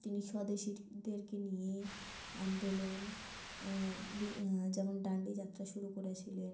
তিনি স্বদেশীদেরকে নিয়ে আন্দোলন বি যেমন ডান্ডি যাত্রা শুরু করেছিলেন